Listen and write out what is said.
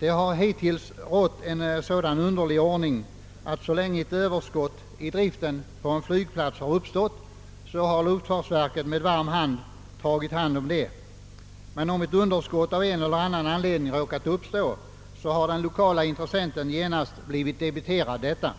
Den underliga ordningen har hittills rått, att så snart överskott uppstått på driften för en flygplats har luftfartsverket med varm hand tagit hand om det, men om ett underskott av en eller annan anledning har råkat uppstå, så har den lokala intressenten genast blivit debiterad detta.